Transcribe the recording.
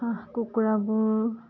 হাঁহ কুকুৰাবোৰ